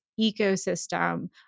ecosystem